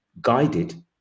guided